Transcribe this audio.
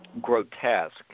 grotesque